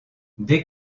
dès